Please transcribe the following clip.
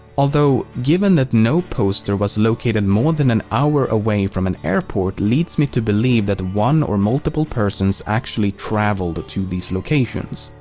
although, given that no poster was located more than an hour away from an airport leads me to believe that one or multiple persons actually traveled to these locations.